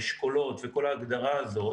אשכולות וכל ההגדרה הזו.